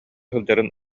сылдьарын